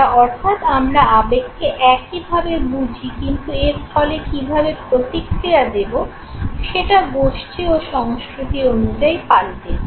অর্থাৎ আমরা আবেগকে একই ভাবে বুঝি কিন্তু এর ফলে কীভাবে প্রতিক্রিয়া দেবো সেটা গোষ্ঠী ও সংস্কৃতি অনুযায়ী পাল্টে যায়